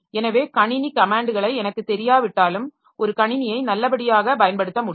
எனவே கணினி கமேன்ட்களை எனக்குத் தெரியாவிட்டாலும் ஒரு கணினியை நல்லபடியாக பயன்படுத்த முடியும்